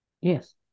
Yes